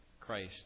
Christ